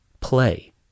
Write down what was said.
Play